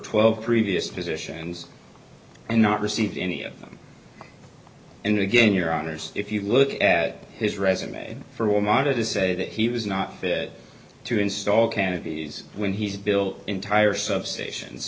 twelve previous positions and not received any of them and again your honors if you look at his resume for wal mart or to say that he was not fit to install canopies when he's built entire substations